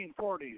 1940s